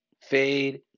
Fade